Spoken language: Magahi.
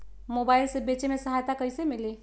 मोबाईल से बेचे में सहायता कईसे मिली?